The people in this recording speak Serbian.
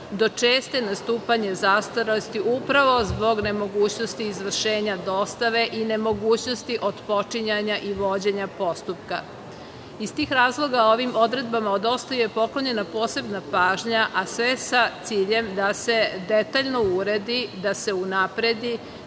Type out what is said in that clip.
do čestog nastupanja zastarelosti upravo zbog nemogućnosti izvršenja dostave i nemogućnosti otpočinjanja i vođenja postupka. Iz tih razloga ovim odredbama je poklonjena posebna pažnja, a sve sa ciljem da se detaljno uredi, da se unapredi,